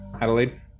Adelaide